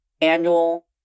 annual